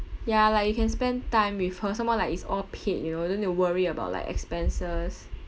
ya like you can spend time with her some more like it's all paid you know you don't need to worry about like expenses